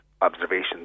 observations